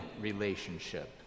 relationship